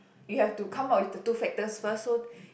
you have to come up with the two factors first so